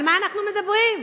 על מה אנחנו מדברים?